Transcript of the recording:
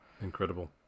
Incredible